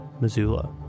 Missoula